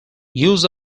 use